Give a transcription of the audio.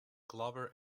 glover